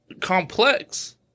complex